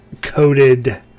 coated